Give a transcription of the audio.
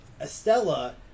estella